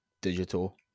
Digital